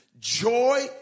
Joy